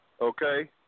Okay